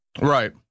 Right